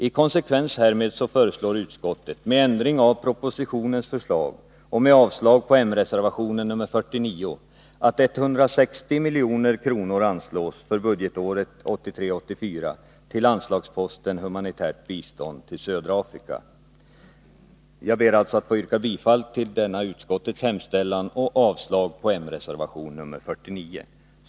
I konsekvens härmed föreslår utskottet, med ändring av propositionens förslag, att 160 milj.kr. anslås för budgetåret 1983/84 till anslagsposten Humanitärt bistånd till södra Afrika. Jag ber att få yrka bifall till utskottets hemställan på denna punkt och avslag på moderatreservationen nr 49.